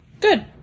Good